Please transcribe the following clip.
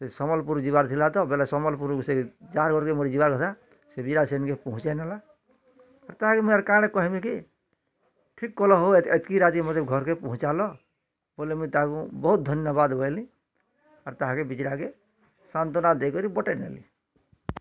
ସେ ସମ୍ୱଲପୁର୍ ଯିବାର ଥିଲା ତ ବୋଲେ ସମ୍ୱଲପୁର୍ ସେ ଯାହାର୍ ଘର୍କେ ମୋର ଯିବାର ଥିଲା ସେଇଠି କା ସେନ୍ କେ ପହଞ୍ଚାଇ ନେଲା ଆଉ ତାରେ ଆରେ ମୁଁ କାଁଣ କହିବି କି ଠିକ୍ କଲ ହୋ ଏତ୍କି ଆଜି ମୋତେ ଘର୍କେ ପହଞ୍ଚାଲ ବୋଲେ ମୁଁ ତାହାକୁ ବହୁତ୍ ଧନ୍ୟବାଦ କହିଲି ଆର୍ ତାହାକେ ବିଜି ଲାଗେ ସାନ୍ତ୍ୱନା ଦେଇ କରି ପଠାଇ ନେଲି